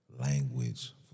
language